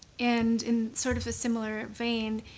and in sort of a similar vein,